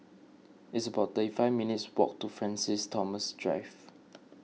it's about thirty five minutes' walk to Francis Thomas Drive